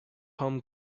home